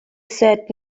said